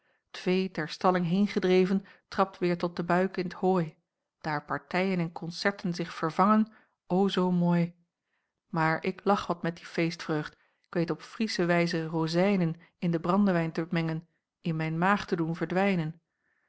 ter stalling heengedreven trapt weêr tot den buik in t hooi daar partijen en koncerten zich vervangen o zoo mooi maar ik lach wat met die feestvreugd k weet op friesche wijs rozijnen in den brandewijn te mengen in mijn maag te doen verdwijnen